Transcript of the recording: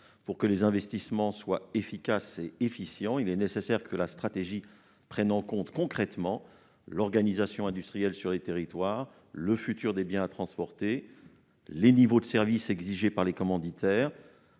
Pour que les investissements soient efficaces et efficients, il est nécessaire que la stratégie prenne en compte concrètement l'organisation industrielle dans les territoires, le futur des biens à transporter, les niveaux de service exigés par les commanditaires